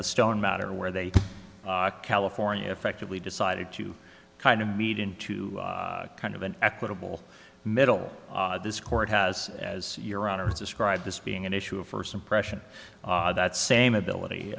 the stone matter where they california effectively decided to kind of meet into kind of an equitable middle this court has as your honour's described this being an issue of first impression that same ability